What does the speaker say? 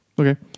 Okay